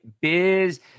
Biz